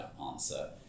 answer